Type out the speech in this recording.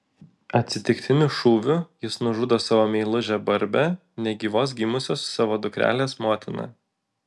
atsitiktiniu šūviu jis nužudo savo meilužę barbę negyvos gimusios savo dukrelės motiną